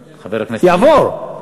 יעבור.